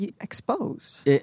expose